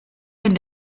wenn